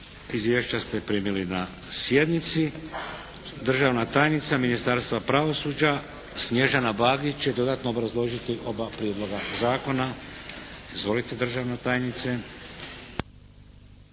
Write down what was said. Izvješća ste primili na sjednici. Državna tajnica Ministarstva pravosuđa Snježana Bagić će dodatno obrazložiti oba prijedloga zakona. Izvolite državna tajnice.